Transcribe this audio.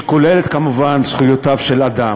שכוללת כמובן זכויותיו של אדם.